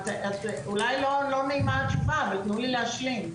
אולי לא נעימה התשובה, אבל תנו לי להשלים.